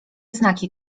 znaki